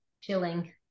Chilling